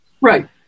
Right